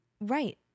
Right